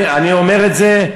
אני אומר את זה,